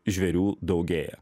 žvėrių daugėja